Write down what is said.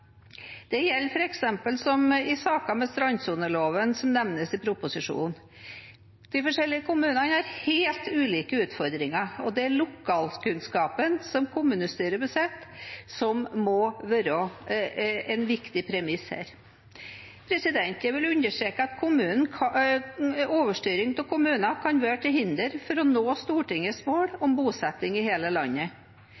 Det gjelder f.eks. i saker om strandsonen, som nevnes i proposisjonen. De forskjellige kommunene har helt ulike utfordringer, og det er lokalkunnskapen som kommunestyret besitter, som må være en viktig premiss her. Jeg vil understreke at overstyring av kommuner kan være til hinder for å nå Stortingets mål